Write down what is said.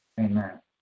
Amen